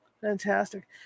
Fantastic